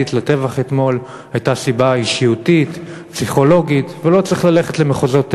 אתמול היה ריאיון בתוכנית "לילה כלכלי",